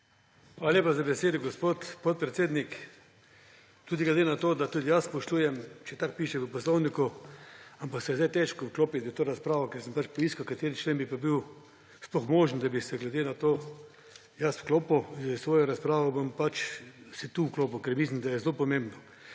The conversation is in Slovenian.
Hvala lepa za besedo, gospod podpredsednik. Glede na to, da tudi jaz spoštujem, če tako piše v poslovniku, se je zdaj težko vklopiti v to razpravo. Ker sem iskal, kateri člen bi pa bil sploh možen, da bi se glede na to jaz vklopil s svojo razpravo, se bom pač tu vklopil, ker mislim, da je zelo pomembno.